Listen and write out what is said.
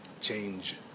change